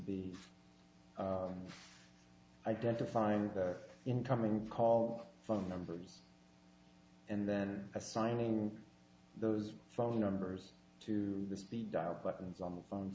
be identifying their incoming call phone numbers and then assigning those phone numbers to the speed dial buttons on the phone